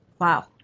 Wow